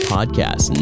Podcast